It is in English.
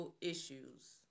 issues